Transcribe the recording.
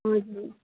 हजुर